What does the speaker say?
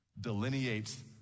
Delineates